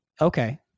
Okay